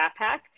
backpack